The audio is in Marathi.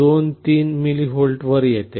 23 मिलीव्होल्टवर येते